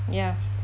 ya